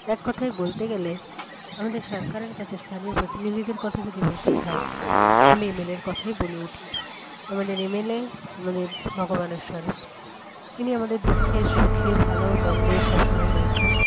এক কথায় বলতে গেলে আমাদের সরকারের কাছে স্থানীয় প্রতিনিধিদের কথা যদি বলতেই হয় আমি এম এল এর কথাই বলে উঠি আমাদের এমএলএ আমাদের ভগবানের স্বরূপ তিনি আমাদের দুঃখে সুখে ভালো মন্দে সব সময় রয়েছেন